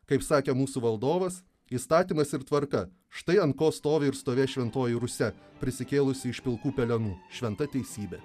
kaip sakė mūsų valdovas įstatymas ir tvarka štai ant ko stovi ir stovės šventoji rusia prisikėlusi iš pilkų pelenų šventa teisybė